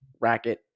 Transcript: racket